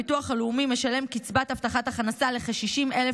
הביטוח הלאומי משלם קצבת הבטחת הכנסה לכ-60,000